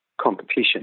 competition